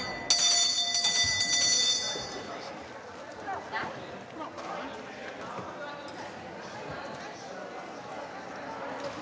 hvad er det,